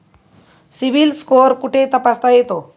CIBIL score कुठे तपासता येतो?